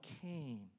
came